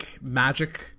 magic